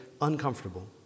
uncomfortable